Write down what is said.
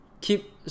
keep